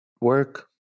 work